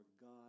God